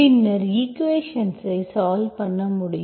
பின்னர் ஈக்குவேஷன்ஸ் ஐ சால்வ்பண்ண முடியும்